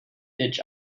each